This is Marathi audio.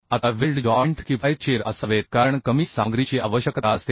आता वेल्ड जॉइंट किफायतशीर असावेत कारण कमी सामग्रीची आवश्यकता असते